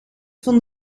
van